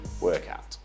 workout